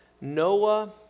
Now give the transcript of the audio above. Noah